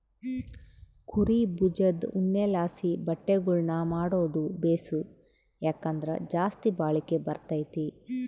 ಕುರೀ ಬುಜದ್ ಉಣ್ಣೆಲಾಸಿ ಬಟ್ಟೆಗುಳ್ನ ಮಾಡಾದು ಬೇಸು, ಯಾಕಂದ್ರ ಜಾಸ್ತಿ ಬಾಳಿಕೆ ಬರ್ತತೆ